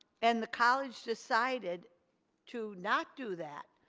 and the college decided to not to that,